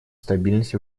стабильность